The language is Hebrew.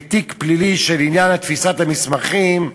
בתיק פלילי, של עניין תפיסת המסמכים.